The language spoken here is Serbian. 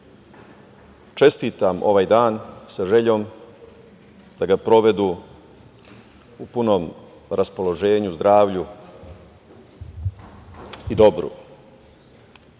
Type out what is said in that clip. čestitam ovaj dan sa željom da ga provedu u punom raspoloženju, zdravlju i dobru. Ovo